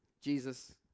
Jesus